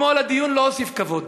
אתמול הדיון לא הוסיף כבוד.